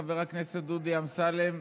חבר הכנסת דודי אמסלם,